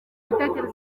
bitandukanye